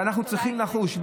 ואנחנו צריכים לחוש.